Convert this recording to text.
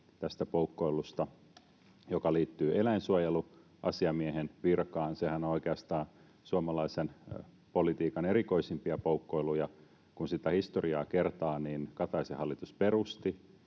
tästä poukkoilusta, joka liittyy eläinsuojeluasiamiehen virkaan. Sehän on oikeastaan suomalaisen politiikan erikoisimpia poukkoiluja. Kun sitä historiaa kertaa, niin Kataisen hallitus perusti